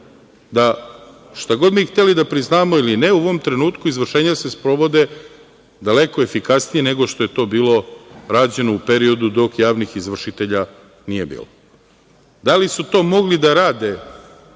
da šta god mi hteli da priznamo ili ne u ovom trenutku izvršenja se sprovode daleko efikasnije nego što je to bilo rađeno u periodu dok javnih izvršitelja nije bilo. Da li su to mogli da rade